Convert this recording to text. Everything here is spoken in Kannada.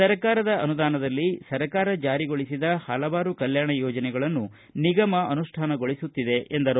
ಸರಕಾರ ಅನುದಾನದಲ್ಲಿ ಸರಕಾರ ಜಾರಿಗೊಳಿಸಿದ ಹಲವಾರು ಕಲ್ಪಾಣ ಯೋಜನೆಗಳನ್ನು ಅನುಷ್ಠಾನಗೊಳಿಸುತ್ತಿದೆ ಎಂದರು